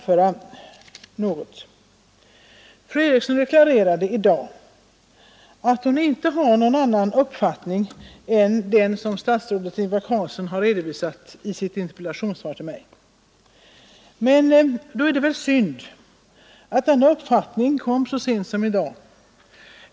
Fru Eriksson deklarerade i dag att hon inte har någon annan uppfattning än den som statsrådet Ingvar Carlsson har redovisat i sitt interpellationssvar till mig. Men det är väl synd att denna uppfattning kom så sent som i dag.